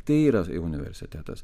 tai yra universitetas